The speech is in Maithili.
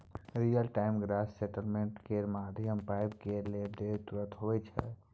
रियल टाइम ग्रॉस सेटलमेंट केर माध्यमसँ पाइ केर लेब देब तुरते होइ छै